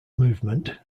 movement